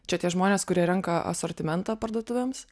čia tie žmonės kurie renka asortimentą parduotuvėms